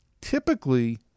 typically